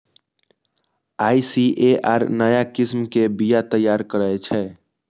ICAR नया किस्म के बीया तैयार करै छै